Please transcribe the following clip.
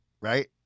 right